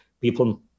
people